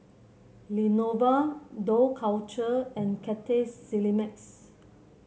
Lenovo Dough Culture and Cathay Cineplex